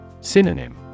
Synonym